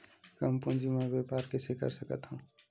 कम पूंजी म व्यापार कइसे कर सकत हव?